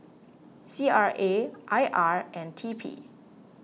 C R A I R and T P